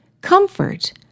comfort